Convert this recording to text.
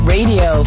Radio